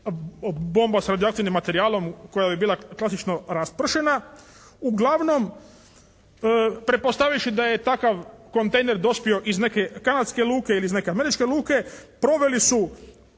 bomba sa radioaktivnim materijalom koja bi bila klasično raspršena, uglavnom prepostavivši da je takav kontejner dospio iz neke kanadske luke ili iz neke američke luke, proveli su